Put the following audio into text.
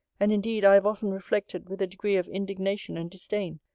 and indeed i have often reflected with a degree of indignation and disdain,